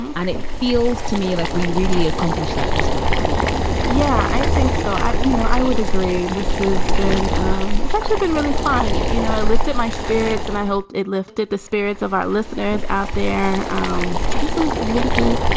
and it feels to me like we really accomplished that this week home yeah, i think so. you know, i would agree this is been um it's actually been really fun. you know, i lifted my spirits and i hope it lifted the spirits of our listeners out there um this was a really cool.